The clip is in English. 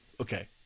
okay